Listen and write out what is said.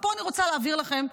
ופה אני רוצה להבהיר לכם,